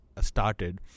started